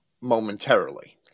momentarily